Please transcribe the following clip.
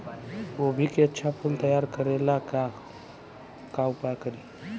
गोभी के अच्छा फूल तैयार करे ला का उपाय करी?